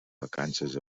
vacances